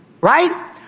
right